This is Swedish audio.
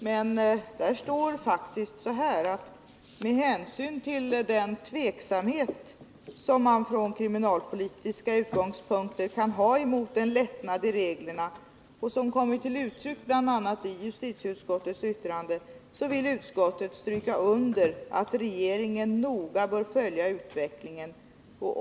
Det står faktiskt så här: ”Med hänsyn till den tveksamhet som man från kriminalpolitiska utgångspunkter kan ha mot en lättnad i reglerna och som kommit till uttryck i bl.a. justitieutskottets yttrande vill utskottet stryka under att regeringen noga bör följa utvecklingen och.